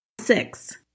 Six